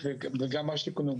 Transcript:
גם אצלי זה היה.